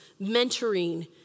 mentoring